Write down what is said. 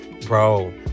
bro